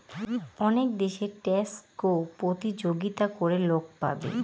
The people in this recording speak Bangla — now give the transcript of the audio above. অনেক দেশে ট্যাক্সে প্রতিযোগিতা করে লোক পাবে